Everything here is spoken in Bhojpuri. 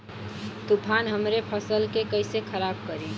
तूफान हमरे फसल के कइसे खराब करी?